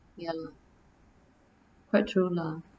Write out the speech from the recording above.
ya lor quite true lah